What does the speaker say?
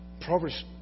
Proverbs